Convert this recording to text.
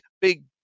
big